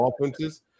offenses